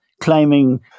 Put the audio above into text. claiming